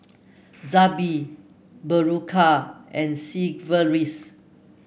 Zappy Berocca and Sigvaris